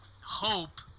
hope